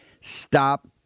Stop